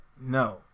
No